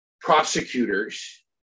prosecutors